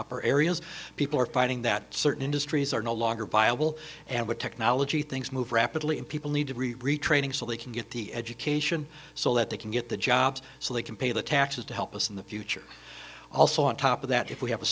or areas people are finding that certain industries are no longer viable and with technology things move rapidly and people need to retraining so they can get the education so that they can get the jobs so they can pay the taxes to help us in the future also on top of that if we have a